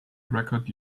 record